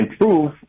Improve